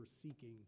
seeking